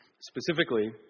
Specifically